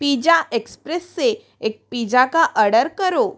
pizza express से एक pizza का ऑर्डर करो